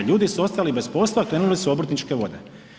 Ljudi su ostali bez posla, krenuli su u obrtničke vode.